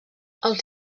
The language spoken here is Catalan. els